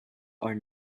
are